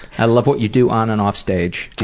i love what you do on and off stage.